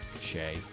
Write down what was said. shay